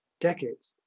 decades